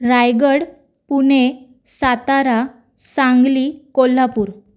Raigad Pune Satara Sangli Kolhapur